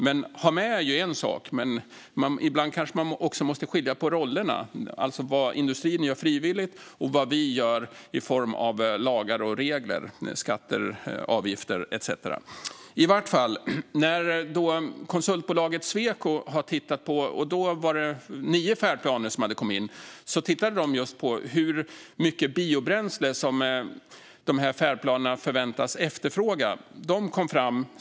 Att ha med är ju en sak, men ibland kanske man måste skilja på rollerna, alltså vad industrin gör frivilligt och vad vi gör i form av lagar, regler, skatter, avgifter etcetera. Konsultbolaget Sweco tittade på de nio färdplaner som då hade kommit in och på hur mycket biobränsle som färdplanerna förväntas efterfråga.